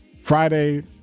Friday